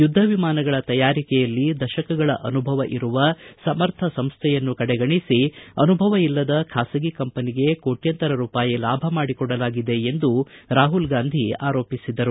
ಯುದ್ದ ವಿಮಾನಗಳ ತಯಾರಿಕೆಯಲ್ಲಿ ದಶಕಗಳ ಅನುಭವ ಇರುವ ಸಮರ್ಥ ಸಂಸೈಯನ್ನು ಕಡೆಗಣಿಸಿ ಅನುಭವ ಇಲ್ಲದ ಖಾಸಗಿ ಕಂಪನಿಗೆ ಕೋಟ್ಕಂತರ ರೂಪಾಯಿ ಲಾಭ ಮಾಡಿಕೊಡಲಾಗಿದೆ ಎಂದು ರಾಹುಲ್ಗಾಂಧಿ ಆರೋಪಿಸಿದರು